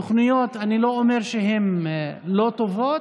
תוכניות שאני לא אומר שהן לא טובות,